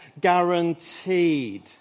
guaranteed